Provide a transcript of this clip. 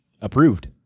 Approved